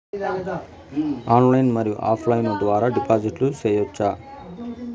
Online మరియు off line ద్వారా డిపాజిట్లు సేయొచ్చా?